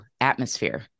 atmosphere